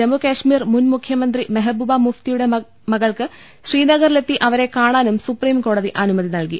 ജമ്മു കശ്മീർ മുൻ മുഖ്യമന്ത്രി മെഹബൂബ മുഫ്തിയുടെ മകൾക്ക് ശ്രീനഗറിലെത്തി അവരെ കാണാനും സുപ്രീംകോടതി അനുമതി നൽകി